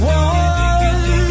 one